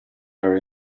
her